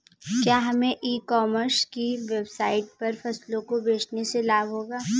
क्या हमें e commerce की वेबसाइट पर फसलों को बेचने से लाभ होगा?